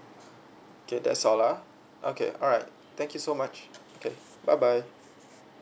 okay that's all lah okay alright thank you so much okay bye bye